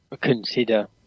consider